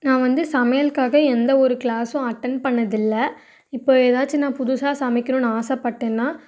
நான் வந்து சமையலுகாக எந்த ஒரு கிளாஸும் அட்டென்ட் பண்ணதில்லை இப்போ எதாச்சு நான் புதுசாக சமைக்கணுன்னு ஆசைப்பட்டேன்னா